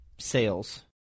sales